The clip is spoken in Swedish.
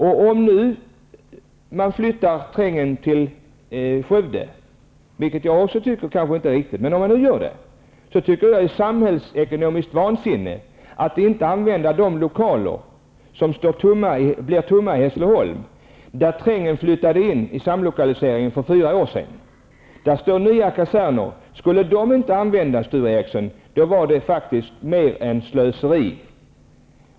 Om man nu flyttar trängen till Skövde -- vilket kanske också jag inte tycker är riktigt, men om man nu gör det -- vore det samhällsekonomiskt vansinne att inte använda de lokaler som blir tomma i Hässleholm, där trängen flyttade in vid samlokaliseringen för fyra år sedan. Där finns nya kaserner. Skulle de inte användas, Sture Ericson, vore det faktiskt mer än slöseri.